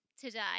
today